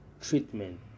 treatment